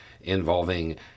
involving